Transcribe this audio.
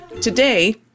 Today